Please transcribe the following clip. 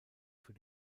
für